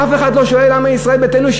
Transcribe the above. אף אחד לא שואל למה ישראל ביתנו,